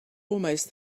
almost